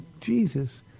Jesus